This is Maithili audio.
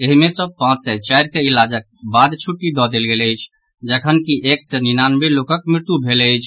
एहि मे सँ पांच सय चारि के इलाजक बाद छुट्टी दऽ देल गेल अछि जखनकि एक सय निन्यानवे लोकक मृत्यु भेल अछि